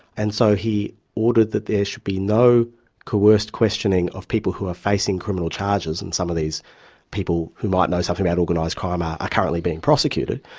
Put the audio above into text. and so he ordered that there should be no coerced questioning of people who are facing criminal charges, and some of these people who might know something about organised crime ah are currently being prosecuted,